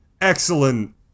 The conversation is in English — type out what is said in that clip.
excellent